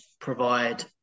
provide